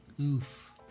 oof